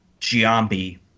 Giambi